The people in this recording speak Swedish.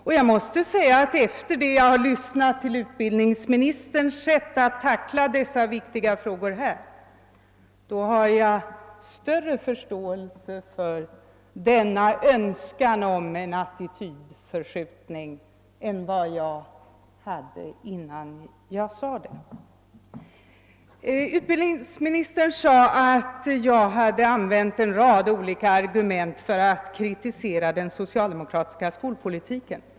Och jag måste säga att efter att ha lyssnat till utbildningsministerns sätt att tackla dessa viktiga frågor här har jag större förståelse än förut för denna önskan om en attitydförskjutning. Utbildningsministern sade att jag använde en. rad olika argument för att kritisera den socialdemokratiska skolpolitiken.